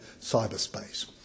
cyberspace